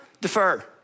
defer